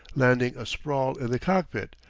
landing asprawl in the cockpit,